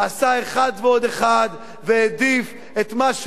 עשה אחת ועוד אחת והעדיף את מה שהוא